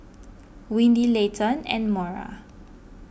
Windy Leighton and Maura